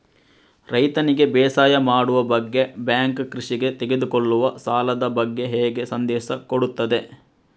ರೈತನಿಗೆ ಬೇಸಾಯ ಮಾಡುವ ಬಗ್ಗೆ ಬ್ಯಾಂಕ್ ಕೃಷಿಗೆ ತೆಗೆದುಕೊಳ್ಳುವ ಸಾಲದ ಬಗ್ಗೆ ಹೇಗೆ ಸಂದೇಶ ಕೊಡುತ್ತದೆ?